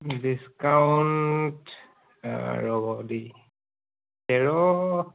discount ৰ'ব দেই তেৰ